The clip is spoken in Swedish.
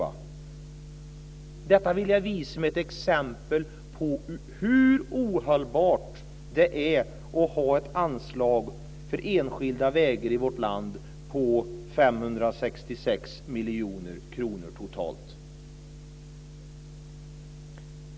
Jag ser detta som ett exempel på hur ohållbart det är att ha ett anslag för enskilda vägar i vårt land om totalt 566 miljoner kronor.